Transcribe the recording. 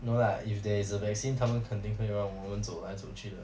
no lah if there is a vaccine 他们肯定会让我们走来走去的